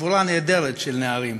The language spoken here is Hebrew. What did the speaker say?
חבורה נהדרת של נערים,